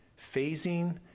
phasing